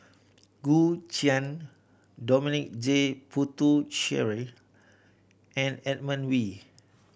Gu Juan Dominic J Puthucheary and Edmund Wee